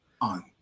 on